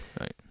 right